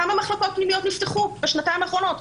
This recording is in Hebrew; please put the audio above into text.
כמה מחלקות פנימיות נפתחו בשנתיים האחרונות?